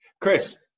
Chris